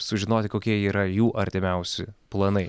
sužinoti kokie yra jų artimiausi planai